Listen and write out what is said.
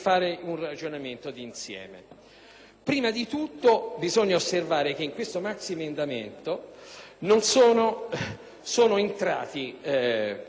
Prima di tutto, bisogna osservare che in questo maxiemendamento sono entrati pezzi di provvedimento